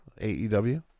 AEW